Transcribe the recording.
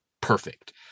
perfect